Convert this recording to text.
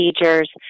procedures